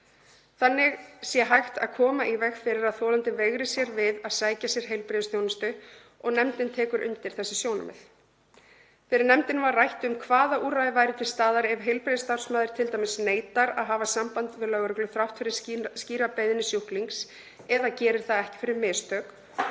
Þannig sé hægt að koma í veg fyrir að þolandi veigri sér við að sækja sér heilbrigðisþjónustu. Nefndin tekur undir þessi sjónarmið. Fyrir nefndinni var rætt um hvaða úrræði væru til staðar ef heilbrigðisstarfsmaður neitar t.d. að hafa samband við lögreglu þrátt fyrir skýra beiðni sjúklings eða gerir það ekki fyrir mistök.